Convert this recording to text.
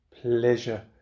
pleasure